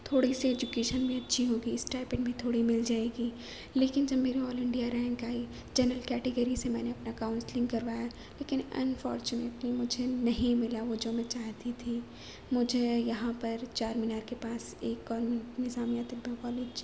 تھوڑی سی ایجوکیشن بھی اچھی ہوگی اسٹیپ ان بھی تھوڑی مل جائے گی لیکن جب میری آل انڈیا رینک آئی جنرل کیٹیگری سے میں نے اپنا کاؤنسلنگ کروایا لیکن انفارچونیٹلی مجھے نہیں ملا وہ جو میں چاہتی تھی مجھے یہاں پر چار مینار کے پاس ایک گورمینٹ نظامیہ طبیہ کالج